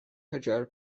qajar